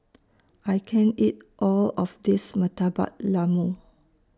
I can't eat All of This Murtabak Lembu